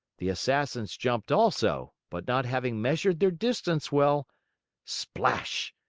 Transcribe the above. the assassins jumped also, but not having measured their distance well splash!